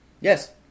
Yes